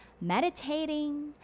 meditating